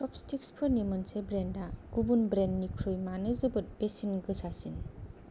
च'पस्तिकफोरनि मोनसे ब्रेन्डया गुबुन ब्रेन्डनिख्रुइ मानो जोबोद बेसेन गोसासिन